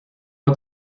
pas